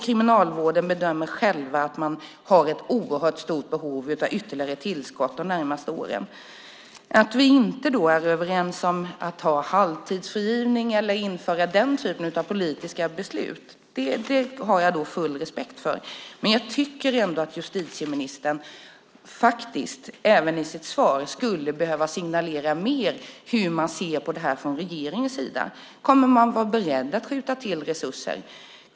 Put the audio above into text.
Kriminalvården bedömer själv att man har ett oerhört stort behov av ytterligare tillskott de närmaste åren. Jag har full respekt för att vi inte är överens om att ha halvtidsfrigivning eller genomföra den typen av politiska beslut. Men jag tycker ändå att justitieministern även i sitt svar skulle behöva signalera mer av hur man ser på det här från regeringens sida. Kommer man att vara beredd att skjuta till resurser?